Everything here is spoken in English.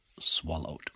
swallowed